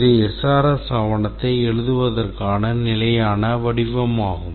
இது SRS ஆவணத்தை எழுதுவதற்கான நிலையான வடிவமாகும்